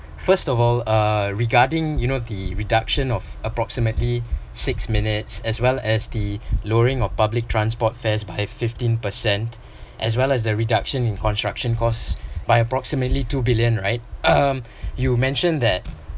first of all uh regarding you know the reduction of approximately six minutes as well as the lowering of public transport fares by fifteen percent as well as the reduction in construction costs by approximately two billion right um you mentioned that